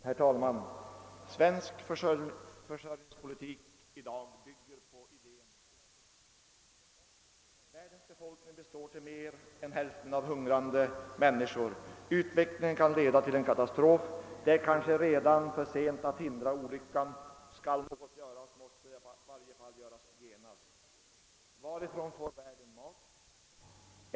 Herr talman! Svensk försörjningspolitik i dag bygger på idén »Ett skepp kommer lastat». Världens befolkning består till mer än hälften av hungrande människor. Utvecklingen kan leda till en katastrof och det är kanske redan för sent att hindra olyckan. Skall något göras, måste det i varje fall göras genast. Varifrån får världen mat?